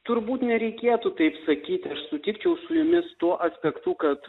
turbūt nereikėtų taip sakyti aš sutikčiau su jumis tuo aspektu kad